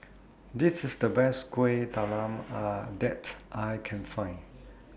This IS The Best Kueh Talam that I Can Find